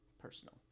personal